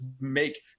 make